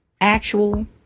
actual